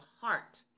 heart